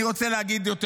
אני רוצה להגיד יותר,